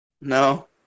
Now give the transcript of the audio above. No